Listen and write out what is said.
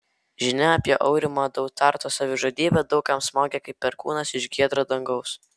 žinia apie aurimo dautarto savižudybę daug kam smogė kaip perkūnas iš giedro dangaus